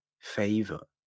favor